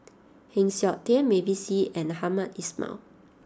Heng Siok Tian Mavis Hee and Hamed Ismail